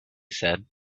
said